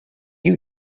you